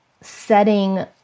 setting